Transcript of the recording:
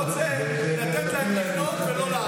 הוא רוצה לתת להם לבנות ולא להרוס.